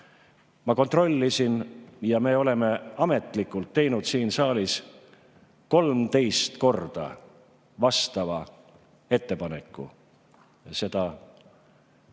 Ma kontrollisin, me oleme ametlikult teinud siin saalis 13 korda vastava ettepaneku hakata